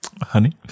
Honey